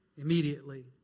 immediately